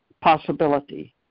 possibility